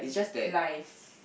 life